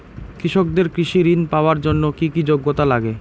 কৃষকদের কৃষি ঋণ পাওয়ার জন্য কী কী যোগ্যতা লাগে?